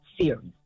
series